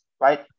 right